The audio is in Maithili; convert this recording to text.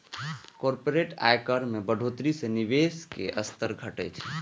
कॉरपोरेट आयकर मे बढ़ोतरी सं निवेशक स्तर घटै छै